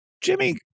Jimmy